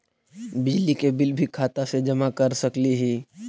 बिजली के बिल भी खाता से जमा कर सकली ही?